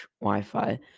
Wi-Fi